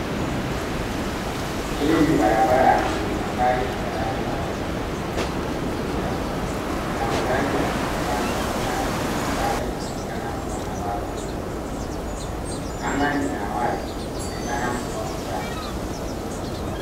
Hili ni barabara lenye magari na daraja la waenda kwa miguu juu yake. Kuna magari yakitembea kwa barabarani, na daraja linaonekana kua na watu wakivuka. Anga ni ya wazi, inaonekana kuwa mchana.